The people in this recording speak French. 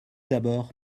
d’abord